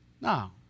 No